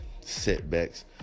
setbacks